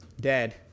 Dead